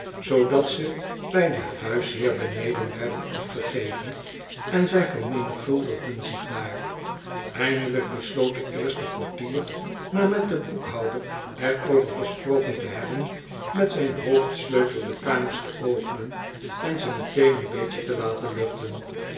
zoodat ze bij den huisheer beneden werden afgegeven en zij vermenigvuldigden zich daar eindelijk besloot de eerste portier na met den boekhouder er over gesproken te hebben met zyn hoofdsleutel de kamers te openen en ze meteen een beetje te laten luchten